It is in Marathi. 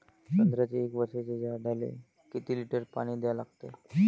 संत्र्याच्या एक वर्षाच्या झाडाले किती लिटर पाणी द्या लागते?